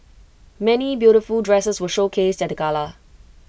many beautiful dresses were showcased at the gala